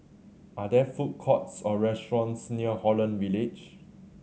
are there food courts or restaurants near Holland Village